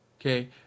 Okay